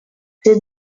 ces